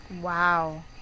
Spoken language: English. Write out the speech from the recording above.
Wow